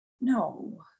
no